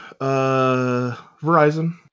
Verizon